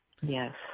Yes